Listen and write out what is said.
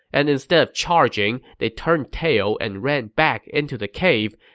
and instead of charging, they turned tail and ran back into the cave,